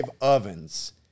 ovens